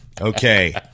Okay